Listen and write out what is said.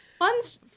One's